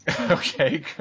Okay